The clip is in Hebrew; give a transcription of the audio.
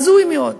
הזוי מאוד.